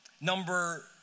number